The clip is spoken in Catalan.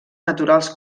naturals